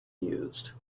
used